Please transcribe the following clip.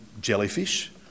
jellyfish